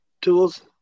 tools